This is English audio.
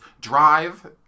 Drive